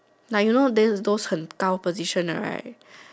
like you know these those 很高 position 的 right